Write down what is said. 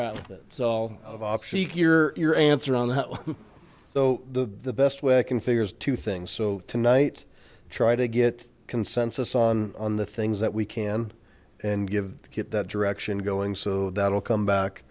of your answers on the so the best way i can figure is two things so tonight try to get consensus on on the things that we can and give get that direction going so that'll come back